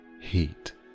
heat